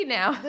now